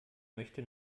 möchte